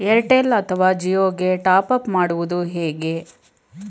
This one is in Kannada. ಏರ್ಟೆಲ್ ಅಥವಾ ಜಿಯೊ ಗೆ ಟಾಪ್ಅಪ್ ಮಾಡುವುದು ಹೇಗೆ?